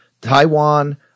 Taiwan